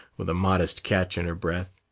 with a modest catch in her breath.